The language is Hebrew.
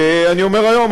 ואני אומר היום,